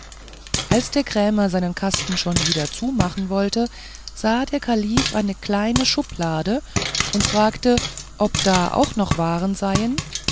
als der krämer seinen kasten schon wieder zumachen wollte sah der kalif eine kleine schublade und fragte ob da auch noch waren seien